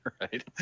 right